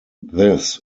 this